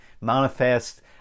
manifest